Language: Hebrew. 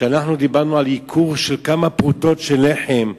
כשאנחנו דיברנו על ייקור של כמה פרוטות של לחם,